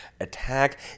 attack